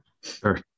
Sure